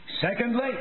secondly